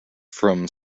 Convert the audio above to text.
from